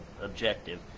objective